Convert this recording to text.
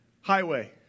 highway